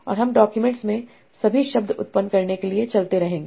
और हम डॉक्यूमेंट्स में सभी शब्द उत्पन्न करने के लिए चलते रहेंगे